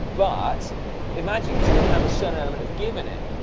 but imagine, cause you'll have a certain element of give in it,